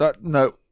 No